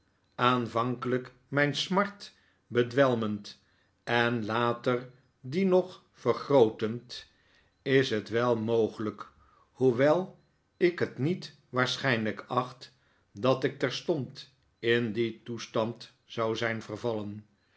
aanvankelijk mijn smart bedwelmend en later die nog vergrootend is het wel mogelijk hoewel ik het niet waarschijnlijk acht dat ik terstond in dien toestand zou zijn vervallen